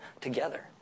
together